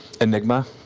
enigma